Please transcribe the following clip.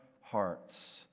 hearts